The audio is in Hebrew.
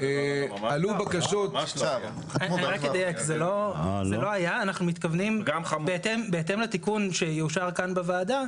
זה לא היה אבל אנחנו מתכוונים בהתאם לתיקון שיאושר בוועדה